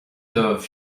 dubh